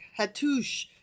Hattush